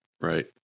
Right